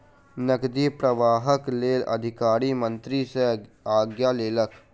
नकदी प्रवाहक लेल अधिकारी मंत्री सॅ आज्ञा लेलक